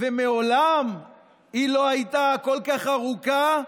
ומעולם היא לא הייתה כל כך ארוכה,